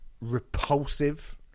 repulsive